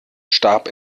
starb